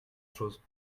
chose